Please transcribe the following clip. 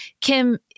Kim